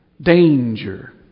Danger